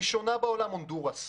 ראשונה בעולם: הונדורס.